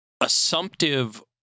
assumptive